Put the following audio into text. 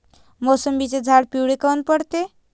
मोसंबीचे झाडं पिवळे काऊन पडते?